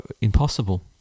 impossible